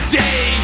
day